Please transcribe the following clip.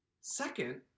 Second